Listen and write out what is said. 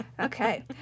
Okay